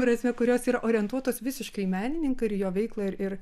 prasme kurios yra orientuotos visiškai menininką ir jo veiklą ir ir